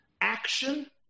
action